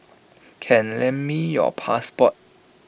can lend me your passport